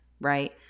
right